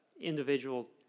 individual